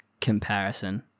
comparison